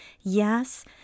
Yes